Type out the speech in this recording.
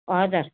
हजुर